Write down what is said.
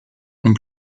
ont